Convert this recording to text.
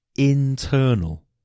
Internal